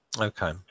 Okay